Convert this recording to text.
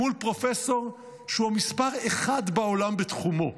מול פרופסור שהוא מס' אחת בעולם בתחומו,